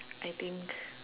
I think